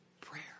Prayer